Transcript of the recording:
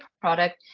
product